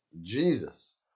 Jesus